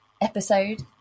episode